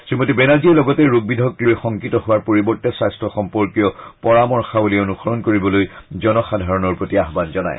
শ্ৰীমতী বেনাৰ্জীয়ে লগতে ৰোগবিধক লৈ শংকিত হোৱাৰ পৰিৱৰ্তে স্বাস্থ্য সম্পৰ্কীয় পৰামৰ্শৱলী অনুসৰণ কৰিবলৈ জনসাধাৰণৰ প্ৰতি আহ্বান জনায়